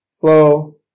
flow